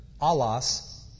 alas